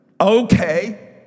okay